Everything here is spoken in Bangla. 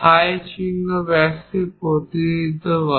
ফাই চিহ্ন ব্যাসকে প্রতিনিধিত্ব করে